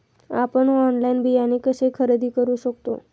आपण ऑनलाइन बियाणे कसे खरेदी करू शकतो?